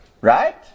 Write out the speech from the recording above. Right